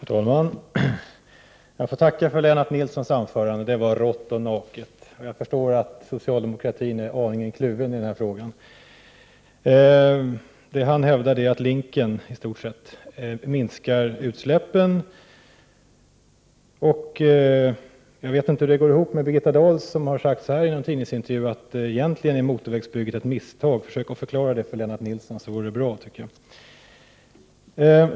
Herr talman! Jag får tacka för Lennart Nilssons anförande, som var rått och naket. Jag förstår att socialdemokratin är aningen kluven i den här frågan. Lennart Nilsson hävdar att ”Linken” i stort sett minskar utsläppen, och jag vet inte hur det går ihop med Birgitta Dahls uppfattning. Hon har i någon tidningsintervju sagt att motorvägsbygget egentligen är ett misstag. Det vore bra om hon kunde förklara det för Lennart Nilsson.